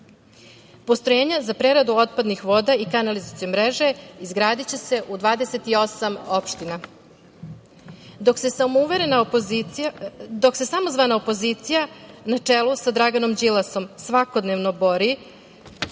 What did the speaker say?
Postrojenja za preradu otpadnih voda i kanalizacione mreže izgradiće se u 28 opština. Dok se samozvana opozicija na čelu sa Draganom Đilasom svakodnevno bori